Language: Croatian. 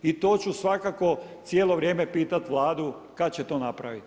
I to ću svakako cijelo vrijeme pitati Vladu, kada će to napraviti.